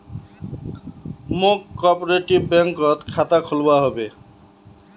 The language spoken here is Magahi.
मौक कॉपरेटिव बैंकत खाता खोलवा हबे